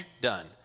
Done